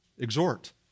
Exhort